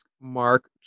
mark